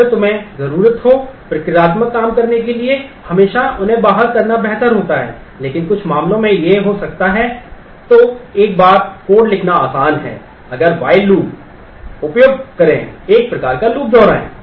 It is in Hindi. अगर तुम्हे जरुरत हो प्रक्रियात्मक काम करने के लिए हमेशा उन्हें बाहर करना बेहतर होता है लेकिन कुछ मामलों में यह हो सकता है तो एक बार कोड लिखना आसान है अगर while loop उपयोग करे एक प्रकार का लूप दोहराएं